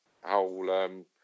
whole